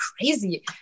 Crazy